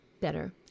better